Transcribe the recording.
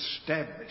established